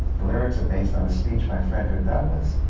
the lyrics are based on a speech by frederick douglass,